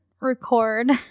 record